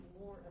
more